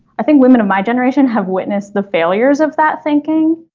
think women of my generation have witnessed the failures of that thinking